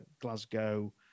Glasgow